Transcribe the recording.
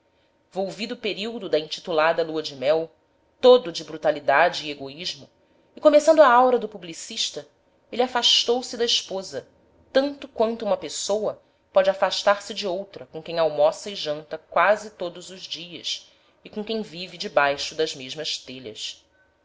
volvido o período da intitulada lua-de-mel todo de brutalidade e egoísmo e começando a aura do publicista ele afastou-se da esposa tanto quanto uma pessoa pode afastar-se de outra com quem almoça e janta quase todos os dias e com quem vive debaixo das mesmas telhas